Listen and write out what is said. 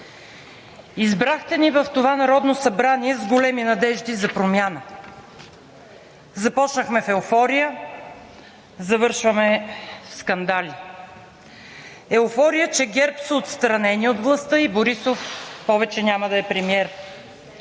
Избрахте ни в това Народно събрание с големи надежди за промяна. Започнахме в еуфория, завършваме със скандали. Еуфория, че ГЕРБ са отстранени от властта и Борисов повече няма да е премиер,